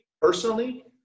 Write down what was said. personally